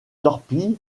torpille